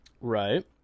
Right